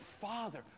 father